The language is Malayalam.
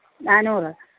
നാന്നൂറ്